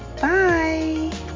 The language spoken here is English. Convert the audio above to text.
bye